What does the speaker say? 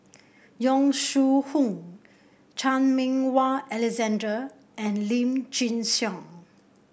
Yong Shu Hoong Chan Meng Wah Alexander and Lim Chin Siong